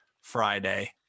Friday